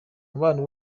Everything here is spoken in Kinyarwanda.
umubano